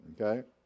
okay